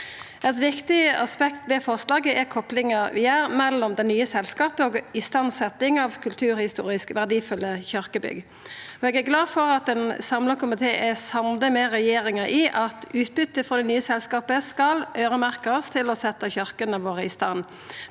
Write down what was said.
Eit viktig aspekt ved forslaget er koplinga vi gjer mellom det nye selskapet og istandsetjing av kulturhistorisk verdifulle kyrkjebygg. Eg er glad for at ein samla komité er samde med regjeringa i at utbyttet frå det nye selskapet skal øyremerkast til å setja kyrkjene våre i stand,